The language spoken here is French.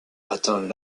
atteint